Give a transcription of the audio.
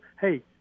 Hey